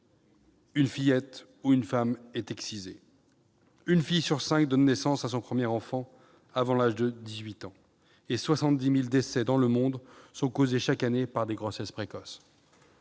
une fillette ou une femme est excisée ; une fille sur cinq donne naissance à son premier enfant avant l'âge de 18 ans ; 70 000 décès dans le monde sont causés chaque année par des grossesses précoces.